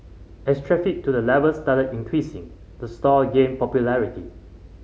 as traffic to the level started increasing the store again popularity